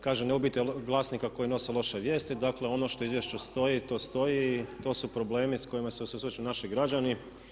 Kažem ne ubijte glasnika koji nosi loše vijesti, dakle ono što u izvješću stoji to stoji i to su problemi s kojima se susreću naši građani.